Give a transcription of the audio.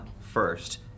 first